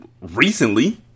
recently